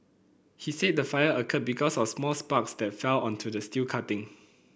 he said the fire occurred because of small sparks that fell onto the steel cutting